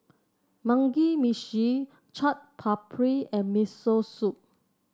Mugi Meshi Chaat Papri and Miso Soup